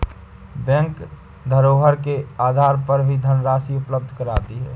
bank धरोहर के आधार पर भी धनराशि उपलब्ध कराती है